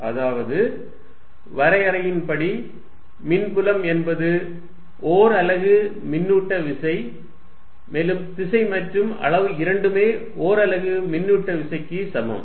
FqE அதாவது வரையறையின்படி மின்புலம் என்பது ஓர் அலகு மின்னூட்ட விசை மேலும் திசை மற்றும் அளவு இரண்டுமே ஓர் அலகு மின்னூட்ட விசைக்கு சமம்